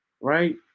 right